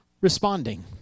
responding